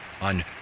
on